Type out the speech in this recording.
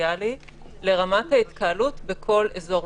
דיפרנציאלי לרמת ההתקהלות בכל אזור.